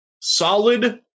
solid